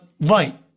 Right